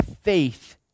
faith